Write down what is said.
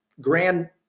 grand